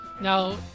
Now